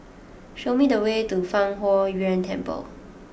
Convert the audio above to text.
show me the way to Fang Huo Yuan Temple